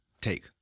Take